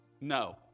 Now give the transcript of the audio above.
No